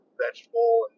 vegetable